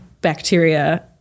bacteria